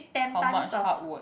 how much hard work